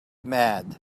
mad